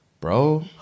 Bro